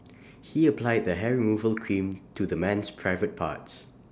he applied the hair removal cream to the man's private parts